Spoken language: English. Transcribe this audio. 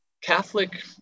Catholic